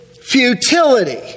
futility